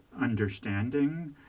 understanding